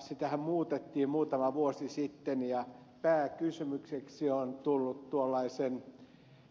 sitähän muutettiin muutama vuosi sitten ja pääkysymykseksi on tullut tuollaisen